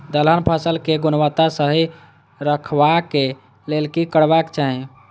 दलहन फसल केय गुणवत्ता सही रखवाक लेल की करबाक चाहि?